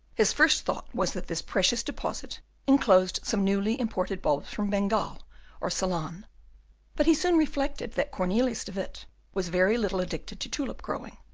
his first thought was that this precious deposit enclosed some newly imported bulbs from bengal or ceylon but he soon reflected that cornelius de witt was very little addicted to tulip-growing,